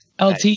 lt